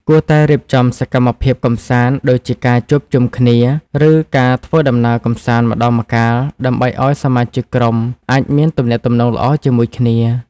គួរតែរៀបចំសកម្មភាពកម្សាន្តដូចជាការជួបជុំគ្នា ឬការធ្វើដំណើរកម្សាន្តម្តងម្កាលដើម្បីឲ្យសមាជិកក្រុមអាចមានទំនាក់ទំនងល្អជាមួយគ្នា។